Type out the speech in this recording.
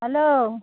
hello